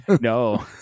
no